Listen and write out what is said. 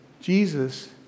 Jesus